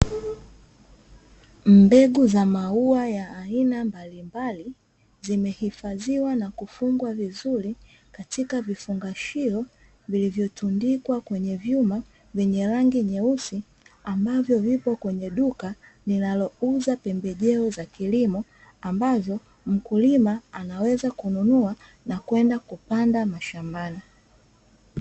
Mbegu za maua ya aina mbalimbali zimehifadhiwa na kufungwa vizuri katika vifungashio vilivyotundikwa kwenye vyuma vyenye rangi nyeusi, ambavyo vipo kwenye duka linalouza pembejeo za kilimo ambazo mkulima anaweza kununua na kwenda kupanda mashambani.